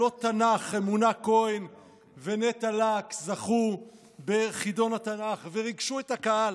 כלות תנ"ך: אמונה כהן ונטע לקס זכו בחידון התנ"ך וריגשו את הקהל.